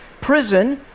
prison